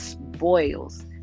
boils